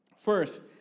First